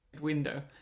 window